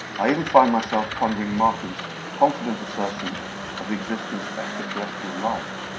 i even find myself pondering martin's confident assertion of the existence of extra-terrestrial life.